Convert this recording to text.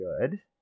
good